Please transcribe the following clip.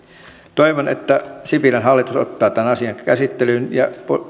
toivon että sipilän hallitus ottaa tämän asian käsittelyyn ja